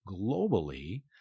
globally